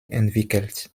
entwickelt